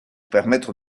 permettre